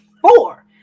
four